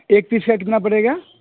ایک پیس کا کتنا پڑے گا